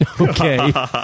Okay